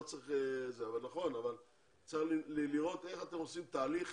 צריך לראות איך אתם עושים תהליך